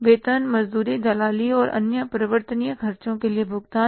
वेतन मजदूरी दलाली और अन्य परिवर्तनीय खर्चों के लिए भुगतान